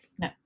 No